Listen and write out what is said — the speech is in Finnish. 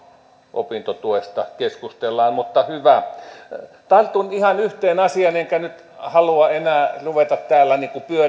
opintotuesta keskustellaan mutta hyvä tartun ihan yhteen asiaan enkä nyt halua enää ruveta täällä